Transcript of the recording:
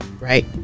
right